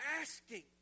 asking